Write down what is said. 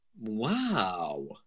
Wow